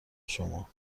شما